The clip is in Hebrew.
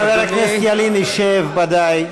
חבר הכנסת ילין ישב, בוודאי.